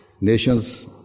nations